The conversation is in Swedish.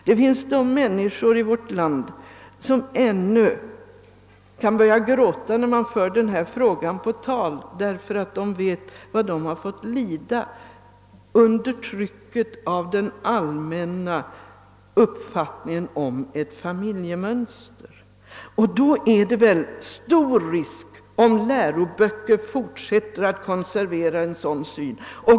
Det finns människor i vårt land som ännu kan börja gråta när man för denna fråga på tal, därför att de vet vad de har fått lida under trycket av den allmänna uppfattningen om ett familjemönster. Och då är det riskabelt om läroböcker fortsätter att konservera en sådan syn!